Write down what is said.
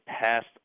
passed